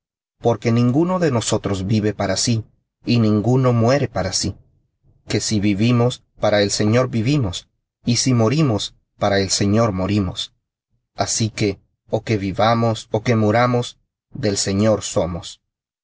porque ninguno de nosotros vive para sí y ninguno muere para sí que si vivimos para el señor vivimos y si morimos para el señor morimos así que ó que vivamos ó que muramos del señor somos